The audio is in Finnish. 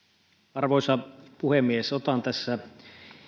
arvoisa puhemies otan tässä